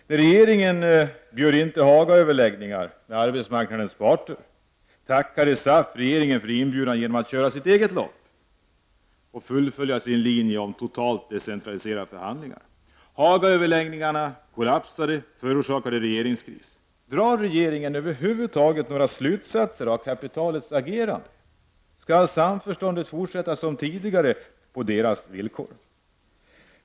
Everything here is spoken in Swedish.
När regeringen bjöd in till Hagaöverläggningar med arbetsmarknadens parter, tackade SAF regeringen för inbjudan genom att köra sitt eget lopp och fullfölja sin linje om totalt decentraliserade förhandlingar. Hagaöverläggningarna kollapsade och förorsakade regeringskris. Drar regeringen över huvud taget några slutsatser av kapitalets agerande? Skall samförståndet fortsätta som tidigare på kapitalets villkor?